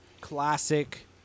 classic